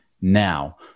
now